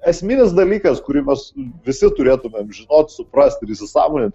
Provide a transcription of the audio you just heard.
esminis dalykas kurį mes visi turėtumėm žinot suprast ir įsisąmonint